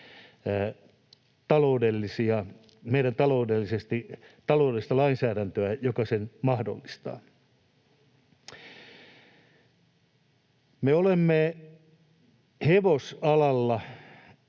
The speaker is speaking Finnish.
taloudellista lainsäädäntöämme, joka sen mahdollistaa. Me olemme hevosalalla